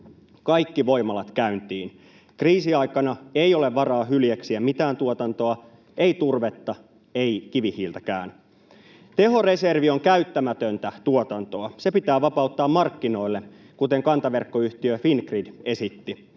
kaikki voimalat käyntiin. Kriisiaikana ei ole varaa hyljeksiä mitään tuotantoa, ei turvetta, ei kivihiiltäkään. Tehoreservi on käyttämätöntä tuotantoa. Se pitää vapauttaa markkinoille, kuten kantaverkkoyhtiö Fingrid esitti.